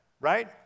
right